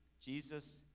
Jesus